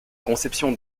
conception